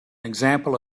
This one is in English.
example